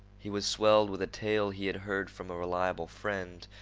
he was swelled with a tale he had heard from a reliable friend,